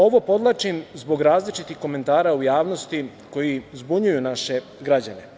Ovo podvlačim zbog različitih komentara u javnosti koji zbunjuju naše građane.